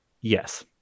Yes